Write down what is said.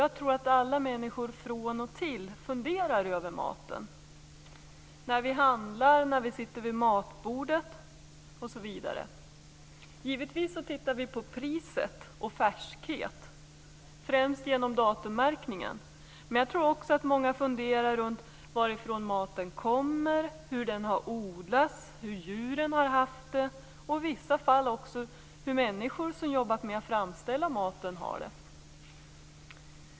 Jag tror att alla människor från och till funderar över maten - när vi handlar, när vi sitter vid matbordet osv. Givetvis tittar vi på pris och färskhet, främst genom datummärkningen. Men jag tror också att många funderar på varifrån maten kommer, hur den har odlats, hur djuren har haft det och i vissa fall också hur människorna som jobbat med att framställa maten har det.